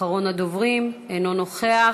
אחרון הדוברים, אינו נוכח.